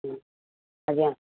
ହୁଁ ଆଜ୍ଞା